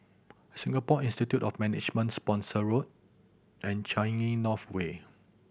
Singapore Institute of Management Spooner Road and Changi North Way